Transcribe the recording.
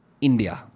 India